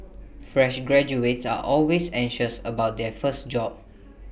fresh graduates are always anxious about their first job